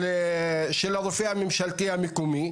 של הרופא הווטרינר הממשלתי לפיצו"ח,